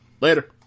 Later